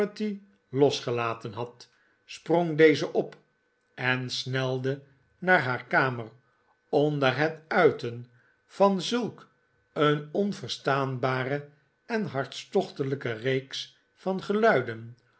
losgelaten had sprong deze op en snelde naar haar kamer onder het uiten van zulk een onverstaanbare en hartstochtelijke reeks van gehiiden